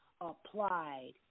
applied